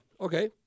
Okay